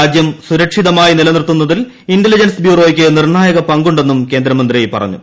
രാജ്യം സുരക്ഷിതമായി നിലനിർത്തുന്നതിൽ ഇന്റലിജെൻസ് ബ്യൂറോയ്ക്ക് നിർണായക പങ്കുണ്ടെന്നും കേന്ദ്രമന്ത്രി പറഞ്ഞു